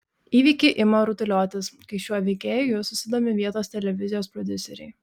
įvykiai ima rutuliotis kai šiuo veikėju susidomi vietos televizijos prodiuseriai